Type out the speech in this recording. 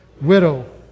widow